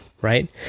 right